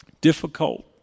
difficult